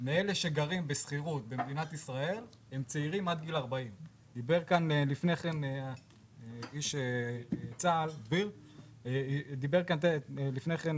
מאלה שגרים בשכירות במדינת ישראל הם צעירים עד גיל 40. משק בית כיום